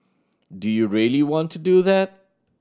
do you really want to do that